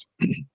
yes